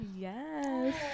Yes